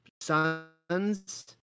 sons